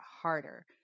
harder